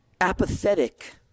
apathetic